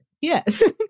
Yes